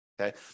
Okay